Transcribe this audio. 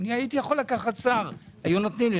הייתי יכול לקבל תפקיד שר, היו נותנים לי.